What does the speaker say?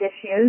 issues